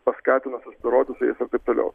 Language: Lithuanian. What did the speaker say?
paskatino susidoroti su jais ar taip toliau